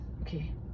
Okay